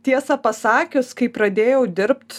tiesą pasakius kai pradėjau dirbt